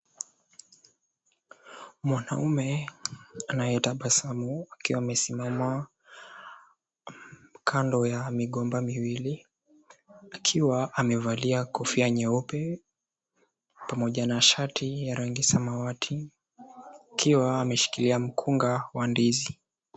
Mwanaume anayetabasamu akiwa amesimama kando ya migomba miwili akiwa amevalia kofia nyeupe pamoja na shati ya rangi ya samawati akiwa ameshikilia mkunga wa ndizi.